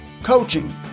coaching